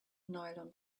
nylon